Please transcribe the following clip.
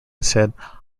said